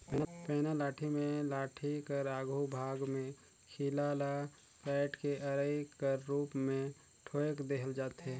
पैना लाठी मे लाठी कर आघु भाग मे खीला ल काएट के अरई कर रूप मे ठोएक देहल जाथे